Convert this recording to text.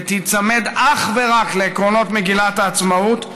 ותיצמד אך ורק לעקרונות מגילת העצמאות,